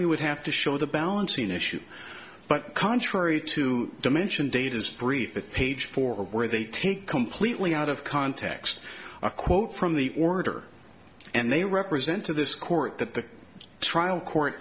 we would have to show the balancing issue but contrary to dimension data is briefing page four where they take completely out of context a quote from the order and they represent to this court that the trial court